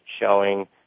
showing